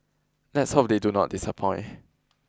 let's hope they do not disappoint